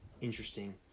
interesting